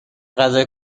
غذای